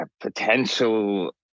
potential